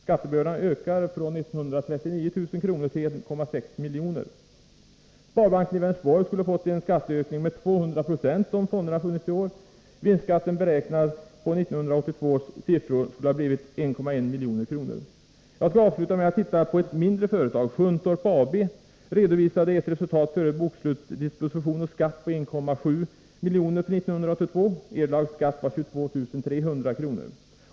Skattebördan ökar från 139 000 kr. till 1,6 milj.kr. Sparbanken i Vänersborg skulle ha fått en skatteökning på 200 26, om fonderna hade funnits i år. Vinstskatten, beräknad på 1982 års siffror, skulle ha blivit 1,1 milj.kr. Jag skall avsluta med att titta på ett mindre företag. Sköntorp AB redovisade ett resultat före bokslutsdisposition och skatt på 1,7 milj.kr. för 1982. Erlagd skatt var 22 300 kr.